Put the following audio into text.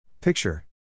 Picture